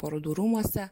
parodų rūmuose